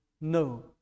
no